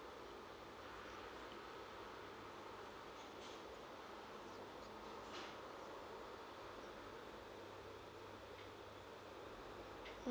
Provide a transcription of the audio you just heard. hmm